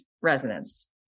resonance